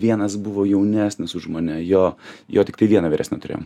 vienas buvo jaunesnis už mane jo jo tiktai vieną vyresnį tyrėjom